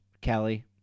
Kelly